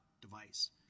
device